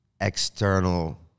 external